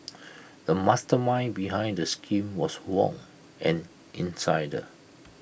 the mastermind behind the scheme was Wong an insider